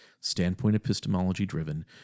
standpoint-epistemology-driven